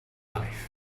life